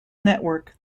network